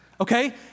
Okay